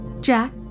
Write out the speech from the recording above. Jack